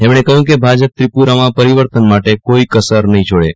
તેમજ્ઞે કહ્યું કે ભાજપ ત્રિપુરામાં પરિવર્તન માટે કોઈ કસર નહીં છોડે